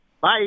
Bye